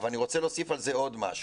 אני רוצה להוסיף על זה עוד משהו: